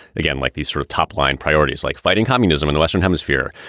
again, like these sort of top line priorities like fighting communism in the western hemisphere,